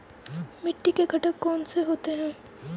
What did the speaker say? मिट्टी के घटक कौन से होते हैं?